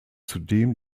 zudem